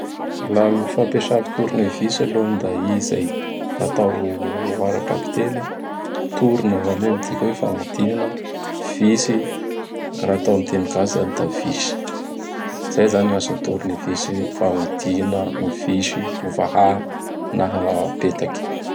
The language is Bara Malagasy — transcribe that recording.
La gny fampiasako tournevisy alony da i izay. Atao ara-bakiteny: "Tourne, izany hoe, midika fagnodigna, visy, raha atao ami'ny teny gasy izany, da visy. " Izay izany gny asan'gny tournevisy; fagnodigna gny visy hovaha na apetaky.